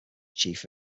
chief